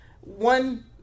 one